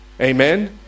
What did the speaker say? Amen